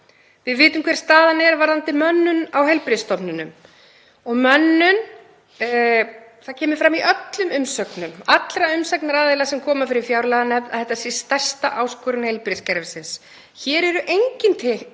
Við vitum hver staðan er varðandi mönnun á heilbrigðisstofnunum. Mönnun er — og það kemur fram í öllum umsögnum allra umsagnaraðila sem komu fyrir fjárlaganefnd — stærsta áskorun heilbrigðiskerfisins. Hér eru engin teikn